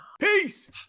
Peace